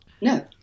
no